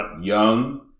Young